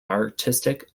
artistic